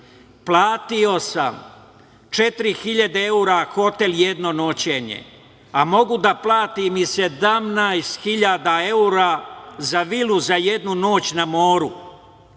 „Platio sam 4.000 evra hotel jedno noćenje, a mogu da platim i 17.000 evra za vilu za jednu noć na moru